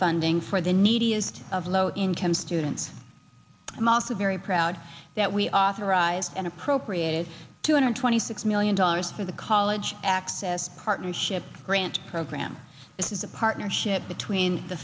funding for the neediest of low income students i'm also very proud that we authorize and appropriate is two hundred twenty six million dollars for the college access partnership grant program this is a partnership between the